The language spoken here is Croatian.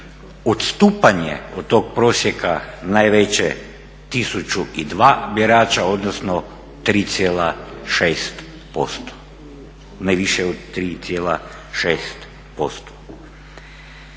Odstupanje od tog prosjeka najveće 1002 birača odnosno 3,6%, ne više od 3,6%.